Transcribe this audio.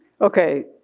Okay